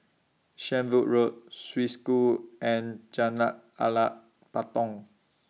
Shenvood Road Swiss School and Jalan Alas Patong